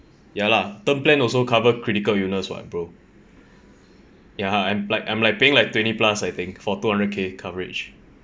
ya lah term plan also cover critical illness [what] bro ya I'm like I'm like paying like twenty plus I think for two hundred K coverage